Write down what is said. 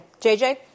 JJ